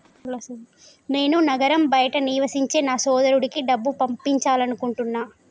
నేను నగరం బయట నివసించే నా సోదరుడికి డబ్బు పంపాలనుకుంటున్నా